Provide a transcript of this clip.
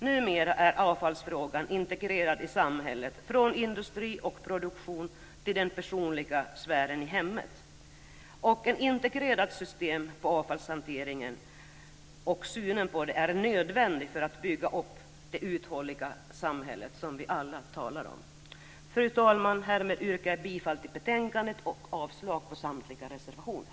Numera är avfallsfrågan integrerad i samhället, från industri och produktion till den personliga sfären i hemmet. En integrerad systemsyn på avfallshanteringen är nödvändig för att bygga upp det uthålliga samhälle som vi alla talar om. Fru talman! Härmed yrkar jag bifall till förslaget i betänkandet och avslag på samtliga reservationer.